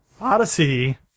Odyssey